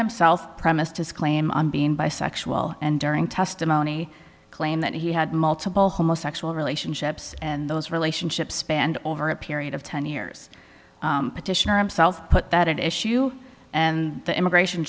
himself premised his claim on being bisexual and during testimony claimed that he had multiple homosexual relationships and those relationships spanned over a period of ten years petitioner him self put that issue and the immigration